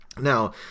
Now